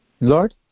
Lord